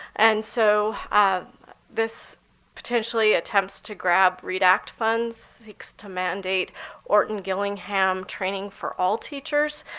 and so this potentially attempts to grab read act funds, seeks to mandate orton-gillingham training for all teachers,